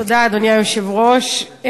אדוני היושב-ראש,